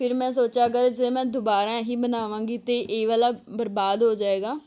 ਫਿਰ ਮੈਂ ਸੋਚਿਆ ਅਗਰ ਜੇ ਮੈਂ ਦੁਬਾਰਾ ਇਹੀ ਬਣਾਵਾਂਗੀ ਅਤੇ ਇਹ ਵਾਲਾ ਬਰਬਾਦ ਹੋ ਜਾਏਗਾ